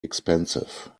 expensive